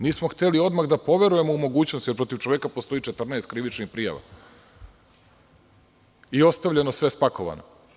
Nismo hteli odmah da poverujemo u mogućnost jer protiv čoveka postoji 14 krivičnih prijava i ostavljeno je sve spakovano.